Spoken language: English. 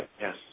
yes